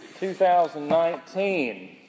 2019